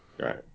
Right